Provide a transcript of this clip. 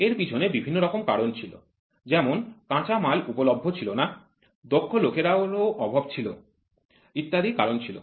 এর পিছনে বিভিন্ন রকম কারণ ছিল যেমন কাঁচামাল উপলভ্য ছিলনা দক্ষ লোকেরও অভাব ছিল ইত্যাদি কারণ ছিল